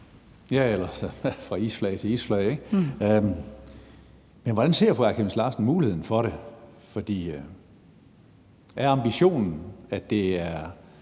Ja, eller fra isflage til isflage. Men hvordan ser fru Aaja Chemnitz Larsen muligheden for det? Er ambitionen, at det er